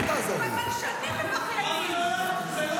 איזה מלשנים אתם --- לא,